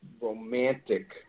romantic